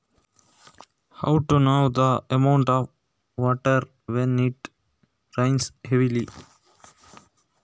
ಜಾಸ್ತಿ ಮಳೆ ಬರುವಾಗ ನೀರಿನ ಪ್ರಮಾಣ ಹೇಗೆ ತಿಳಿದುಕೊಳ್ಳುವುದು?